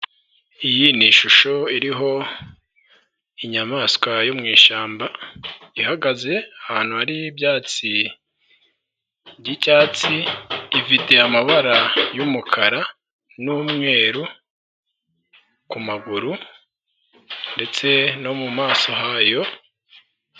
Iyi ni ishusho iriho inyamaswa yo mu ishyamba, ihagaze ahantu hari ibyatsi by'icyatsi, ifite amabara y'umukara n'umweru, ku maguru ndetse no mu maso hayo.